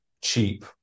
cheap